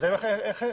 אז איך נתקדם?